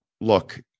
look